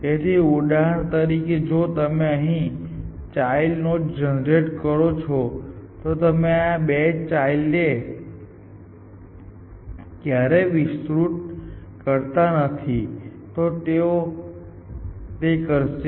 તેથી ઉદાહરણ તરીકે જો તમે અહીં ચાઈલ્ડ જનરેટ કરો છોતો તમે આ 2 ચાઈલ્ડ ને ક્યારેય વિસ્તૃત કરતા નથી તેઓ તે કરશે